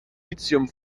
lithium